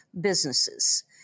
businesses